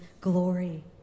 glory